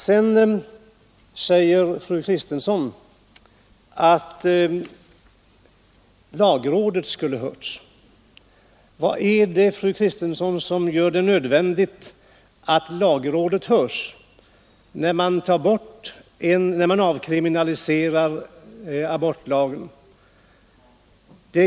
Vidare säger fru Kristensson att lagrådet borde ha hörts. Vad är det, fru Kristensson, som gör det nödvändigt att lagrådet hörs när man avkriminaliserar abortlagen?